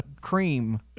cream